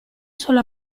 solo